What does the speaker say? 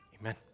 Amen